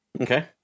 Okay